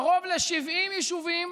קרוב ל-70 יישובים